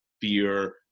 fear